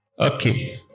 Okay